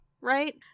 Right